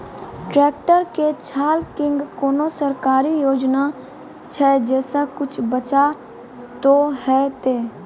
Tractor के झाल किंग कोनो सरकारी योजना छ जैसा कुछ बचा तो है ते?